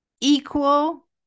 equal